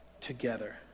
together